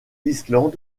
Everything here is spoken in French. island